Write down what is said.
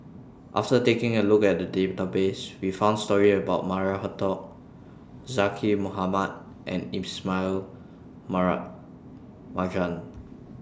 after taking A Look At The Database We found stories about Maria Hertogh Zaqy Mohamad and Ismail Mara Marjan